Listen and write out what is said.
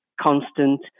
constant